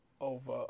Over